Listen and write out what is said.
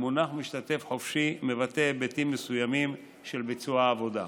"המונח 'משתתף חופשי' מבטא היבטים מסוימים של ביצוע עבודה.